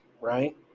right